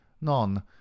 None